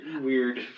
weird